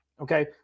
Okay